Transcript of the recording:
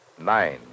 nine